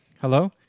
Hello